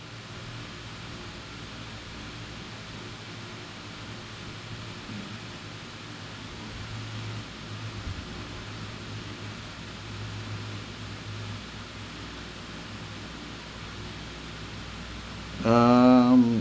um